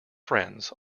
friends